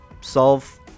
solve